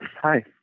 Hi